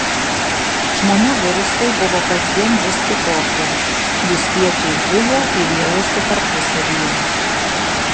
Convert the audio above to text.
žmonių virusai buvo kasdien vis kitokie jų spiečiai zujo ir riejosi tarpusavyje